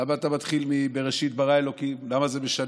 למה אתה מתחיל מ"בראשית ברא אלוקים", למה זה משנה?